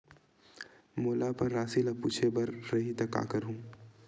मोला अपन राशि ल पूछे बर रही त का करहूं?